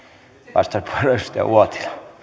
arvoisa puhemies